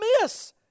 miss